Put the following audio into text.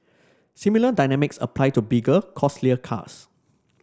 similar dynamics apply to bigger costlier cars